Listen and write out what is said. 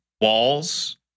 walls